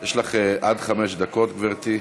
יש לך עד חמש דקות, גברתי.